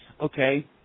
okay